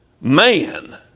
man